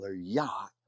yacht